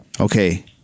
Okay